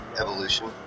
Evolution